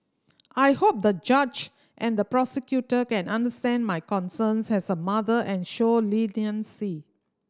I hope the judge and the prosecutor can understand my concerns as a mother and show leniency